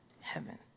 heaven